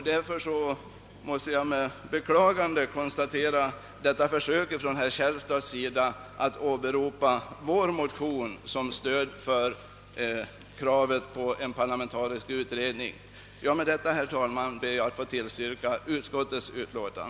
Därför beklagar jag herr Källstads försök att åberopa vår motion som stöd för kravet på en parlamentarisk utredning. Herr talman! Med det anförda ber jag att få yrka bifall till utskottets hemställan.